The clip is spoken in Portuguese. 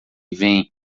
vem